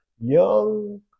young